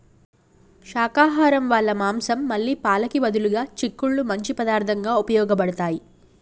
శాకాహరం వాళ్ళ మాంసం మళ్ళీ పాలకి బదులుగా చిక్కుళ్ళు మంచి పదార్థంగా ఉపయోగబడతాయి